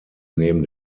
neben